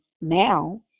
now